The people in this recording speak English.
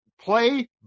play